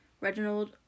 Reginald